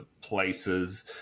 places